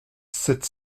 sept